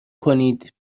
کنید